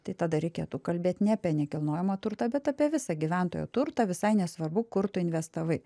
tai tada reikėtų kalbėt ne apie nekilnojamą turtą bet apie visą gyventojo turtą visai nesvarbu kur tu investavai